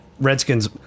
Redskins